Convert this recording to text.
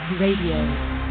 Radio